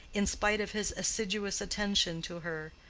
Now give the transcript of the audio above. in spite of his assiduous attention to her,